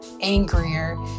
angrier